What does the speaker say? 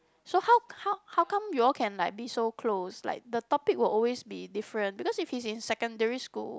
so how how how come you all can like be so close like the topic will always be different because if he's in secondary school